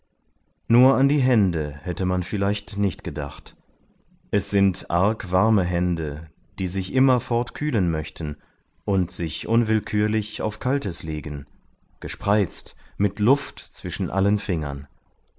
nur an die hände hätte man vielleicht nicht gedacht es sind arg warme hände die sich immerfort kühlen möchten und sich unwillkürlich auf kaltes legen gespreizt mit luft zwischen allen fingern